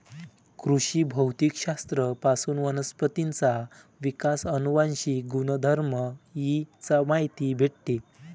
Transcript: कृषी भौतिक शास्त्र पासून वनस्पतींचा विकास, अनुवांशिक गुणधर्म इ चा माहिती भेटते